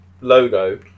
logo